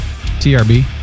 TRB